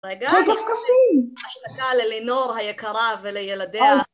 רגע? זה כל כך קטין! השתקה ללנור היקרה ולילדיה